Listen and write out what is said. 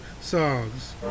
Songs